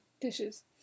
Dishes